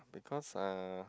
because uh